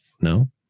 No